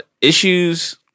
issues